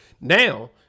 Now